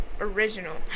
original